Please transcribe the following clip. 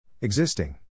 Existing